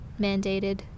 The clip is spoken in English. mandated